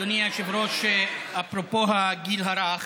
אפרופו, אדוני היושב-ראש, אפרופו הגיל הרך